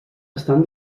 estan